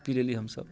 पी लेली हमसब